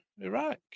Iraq